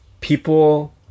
people